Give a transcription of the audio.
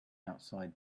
outside